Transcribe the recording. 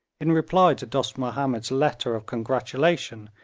in reply to dost mahomed's letter of congratulation,